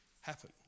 happen